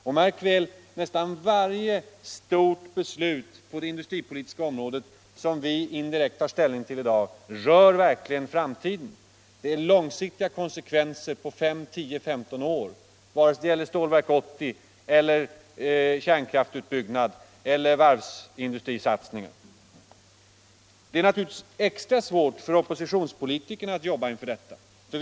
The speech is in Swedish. Och märk väl att nästan varje stort beslut på det industripolitiska området, som vi direkt eller indirekt tar ställning till i dag, verkligen rör framtiden. Besluten får långsiktiga konsekvenser på fem, tio eller femton år, vare sig det gäller Stålverk 80, kärnkraftsutbyggnaden eller varvsindustrisatsningen. Det är naturligtvis extra svårt för oppositionspolitikerna att arbeta under dessa förhållanden.